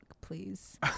Please